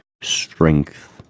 strength